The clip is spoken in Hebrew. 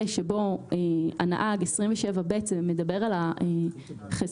בו הנהג סעיף 27ב מדבר על החזקה,